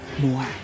more